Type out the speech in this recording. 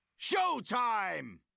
Showtime